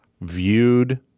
viewed